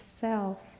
self